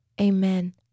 Amen